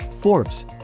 Forbes